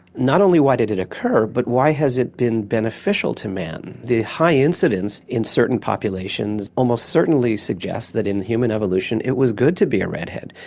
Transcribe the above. not only why did it occur but why has it been beneficial to man. the high incidence in certain populations almost certainly suggests that in human evolution it was good to be a redhead.